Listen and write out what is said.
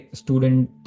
student